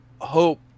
hope